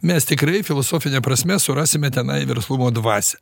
mes tikrai filosofine prasme surasime tenai verslumo dvasią